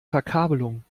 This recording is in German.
verkabelung